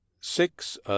Six